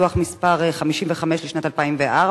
דוח מס' 55 לשנת 2004,